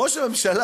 ראש הממשלה,